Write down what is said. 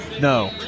No